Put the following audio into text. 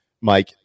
Mike